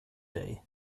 dig